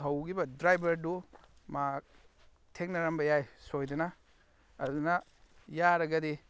ꯊꯧꯈꯤꯕ ꯗ꯭ꯔꯥꯏꯚꯔꯗꯨ ꯃꯥ ꯊꯦꯡꯅꯔꯝꯕ ꯌꯥꯏ ꯁꯣꯏꯗꯅ ꯑꯗꯨꯅ ꯌꯥꯔꯒꯗꯤ